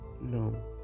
No